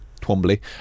Twombly